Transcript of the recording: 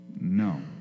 No